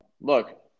look